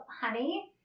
honey